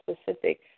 specific